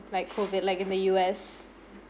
like COVID like in the U_S